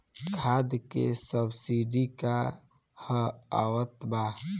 खाद के सबसिडी क हा आवत बा?